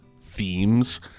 themes